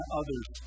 others